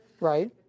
right